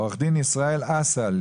עורך דין ישראל אסל.